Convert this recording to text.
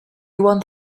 one